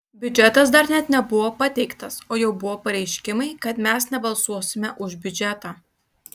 biudžetas dar net nebuvo pateiktas o jau buvo pareiškimai kad mes nebalsuosime už biudžetą